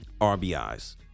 RBIs